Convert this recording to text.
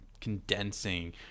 condensing